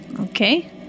okay